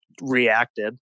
reacted